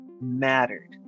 mattered